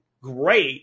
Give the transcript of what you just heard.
great